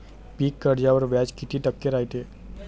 पीक कर्जावर व्याज किती टक्के रायते?